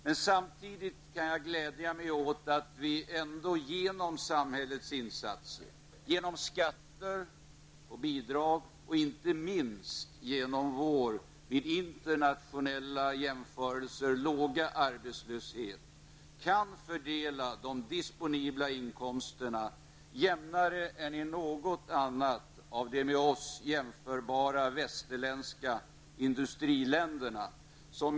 Men samtidigt kan jag glädja mig åt att vi ändå med hjälp av samhällets insatser, med skatter och bidrag, och inte minst på grund av vår vid internationella jämförelser låga arbetslöshet, kan fördela de disponibla inkomsterna jämnare än i något annat av de med oss jämförbara västerländska industriländerna.